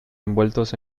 envueltos